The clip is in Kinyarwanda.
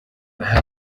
aha